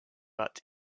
but